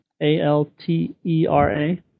A-L-T-E-R-A